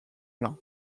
lam